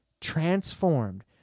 transformed